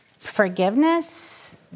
forgiveness